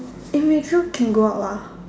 eh wait so can go out lah